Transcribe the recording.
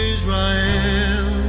Israel